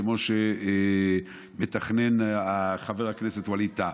כמו שמתכנן חבר הכנסת ווליד טאהא.